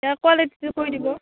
কুৱালিটিটো কৈ দিব